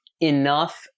enough